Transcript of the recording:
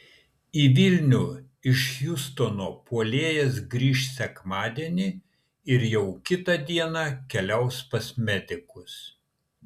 į vilnių iš hjustono puolėjas grįš sekmadienį ir jau kitą dieną keliaus pas medikus